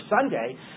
Sunday